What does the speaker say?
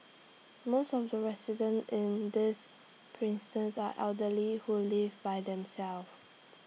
most of the residents in this are elderly who live by themselves